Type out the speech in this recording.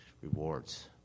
rewards